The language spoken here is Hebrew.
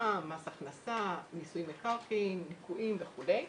מע"מ, מס הכנסה, מיסוי מקרקעין, עיקולים וכולי.